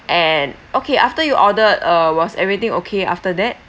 and okay after you ordered uh was everything okay after that